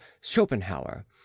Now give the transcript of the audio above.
schopenhauer